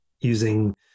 using